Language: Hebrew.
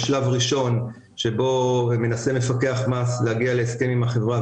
יש שלב ראשון שבו מנסה מפקח מס להגיע להסכם עם החברה.